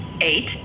eight